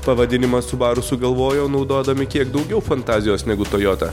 pavadinimą subaru sugalvojo naudodami kiek daugiau fantazijos negu tojota